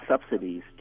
subsidies